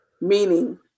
meaning